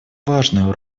важную